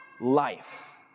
Life